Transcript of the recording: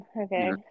okay